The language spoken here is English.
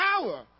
power